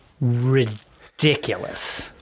ridiculous